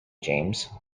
james